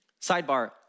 Sidebar